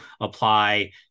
apply